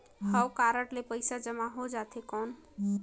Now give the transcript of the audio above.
हव कारड ले पइसा जमा हो जाथे कौन?